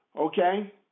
okay